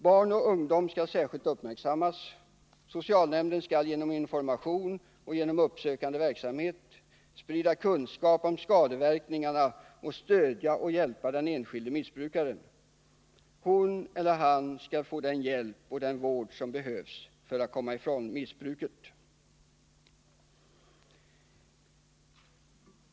Barn och ungdom skall särskilt uppmärksammas. Socialnämnden skall genom information och uppsökande verksamhet sprida kunskap om skadeverkningarna samt stödja och hjälpa den enskilde missbrukaren. Hon eller han skall få den hjälp och den vård som behövs för att vederbörande skall komma ifrån sitt missbruk.